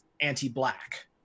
anti-black